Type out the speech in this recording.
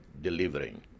delivering